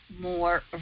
more